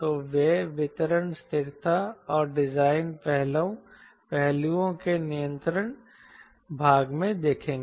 तो वे विवरण स्थिरता और डिजाइन पहलुओं के नियंत्रण भाग में देखेंगे